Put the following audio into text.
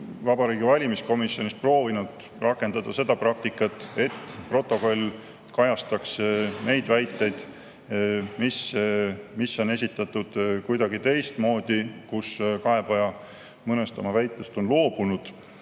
Vabariigi Valimiskomisjonis proovinud rakendada seda praktikat, et protokoll kajastaks neid väiteid, mis on esitatud kuidagi teistmoodi või kus kaebaja mõnest oma väitest on loobunud.